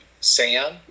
Sam